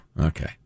Okay